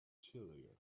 chillier